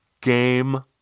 game